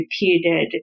repeated